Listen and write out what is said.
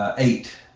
ah eight.